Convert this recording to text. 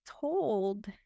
told